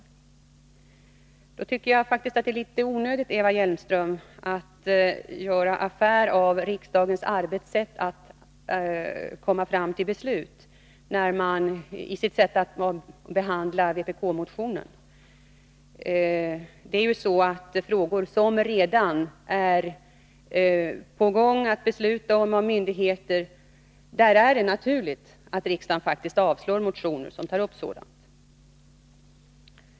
Därför tycker jag att det faktiskt är litet onödigt att Eva Hjelmström gör affär av riksdagens sätt att arbeta och komma fram till beslut vid behandlandet av vpk-motionen. Det är naturligt att riksdagen avslår motioner som tar upp sådana frågor som myndigheter redan är på väg att fatta beslut om.